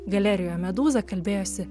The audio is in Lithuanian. galerijoje medūza kalbėjosi